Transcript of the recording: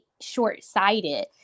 short-sighted